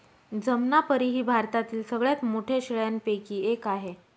जमनापरी ही भारतातील सगळ्यात मोठ्या शेळ्यांपैकी एक आहे